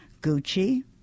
Gucci